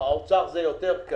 עם משרד האוצר זה קל יותר.